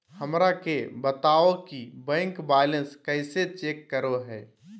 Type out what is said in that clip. हमरा के बताओ कि बैंक बैलेंस कैसे चेक करो है?